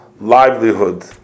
livelihood